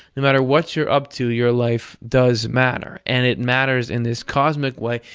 no matter what you're up to, your life does matter. and it matters in this cosmic way,